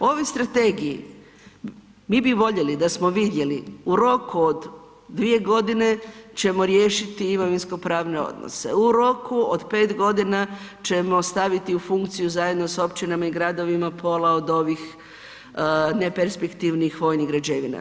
U ovoj strategiji mi bi boljeli da smo vidjeli, u roku od dvije godine ćemo riješiti imovinsko-pravne odnose, u roku od 5 godina ćemo staviti u funkciju zajedno sa općinama i gradovima pola od ovih neperspektivnih vojnih građevina.